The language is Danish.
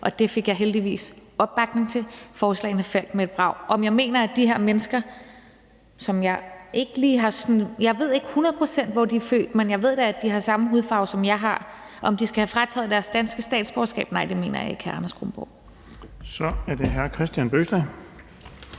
og det fik jeg heldigvis opbakning til. Forslagene faldt med et brag. Jeg ved ikke hundrede procent, hvor de her mennesker er født, men jeg ved da, at de har samme hudfarve, som jeg har. Om de skal have frataget deres danske statsborgerskab? Nej, det mener jeg ikke, hr. Anders Kronborg. Kl. 11:20 Den fg.